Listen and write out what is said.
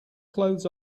clothes